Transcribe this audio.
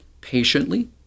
patiently